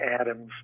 atoms